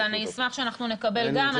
אז אני אשמח שאנחנו נקבל כאן.